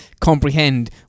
comprehend